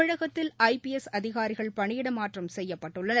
தமிழகத்தில் I P S அதிகாரிகள் பணியிட மாற்றம் செய்யப்பட்டுள்ளனர்